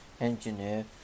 engineer